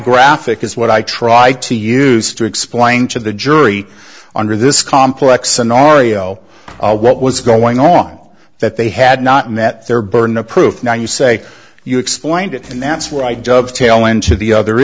graphic is what i try to use to explain to the jury under this complex an oreo what was going on that they had not met their burden of proof now you say you explained it and that's why i jumped tail into the other